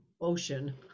ocean